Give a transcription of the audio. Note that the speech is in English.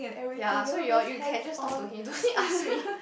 ya so you all you can just talk to him don't need ask me